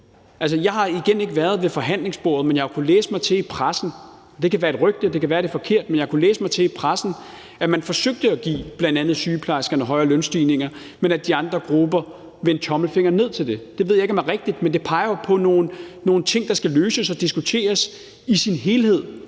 – det kan være et rygte, og det kan være, at det er forkert – at man forsøgte at give bl.a. sygeplejerskerne højere lønstigninger, men at de andre grupper vendte tommelfingeren ned til det. Det ved jeg ikke om er rigtigt, men det peger jo på, at der er nogle ting, der skal løses og diskuteres i deres helhed